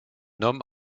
homme